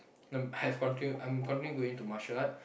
I'm have continue I'm continuing going to martial art